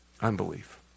unbelief